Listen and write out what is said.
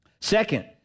Second